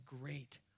great